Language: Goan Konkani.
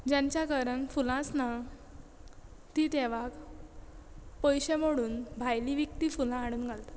जांच्या घरान फुलांच ना ती देवाक पयशे मोडून भायली विकती फुलां हाडून घालतात